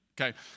okay